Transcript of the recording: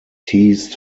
teased